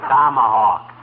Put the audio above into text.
Tomahawk